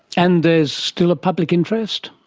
and there is still a public interest?